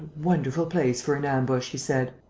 wonderful place for an ambush! he said.